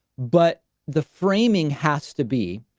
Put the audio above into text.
but the framing has to be.